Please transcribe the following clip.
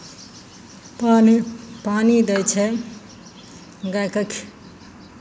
पानि पानि दै छै गायकेँ खि